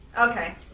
Okay